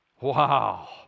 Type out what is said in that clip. Wow